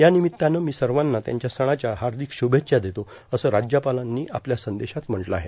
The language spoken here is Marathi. यार्नामत्तानं मी सवाना त्यांच्या सणाच्या हार्ादक श्भेच्छा देतो असं राज्यपालांनी आपल्या संदेशात म्हटलं आहे